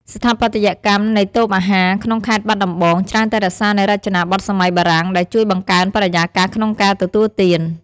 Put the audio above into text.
ស្ថាបត្យកម្មនៃតូបអាហារក្នុងខេត្តបាត់ដំបង ច្រើនតែរក្សានូវរចនាប័ទ្មសម័យបារាំង ដែលជួយបង្កើនបរិយាកាសក្នុងការទទួលទាន។